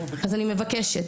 אז אני מבקשת,